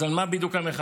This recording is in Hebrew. אז על מה בדיוק המחאה?